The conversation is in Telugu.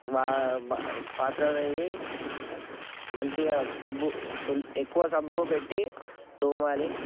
పాత్ర అనేది మంచిగా సబ్బు ఫుల్ ఎక్కువ సబ్బు పెట్టి తోమాలి